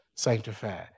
sanctified